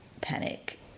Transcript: panic